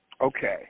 Okay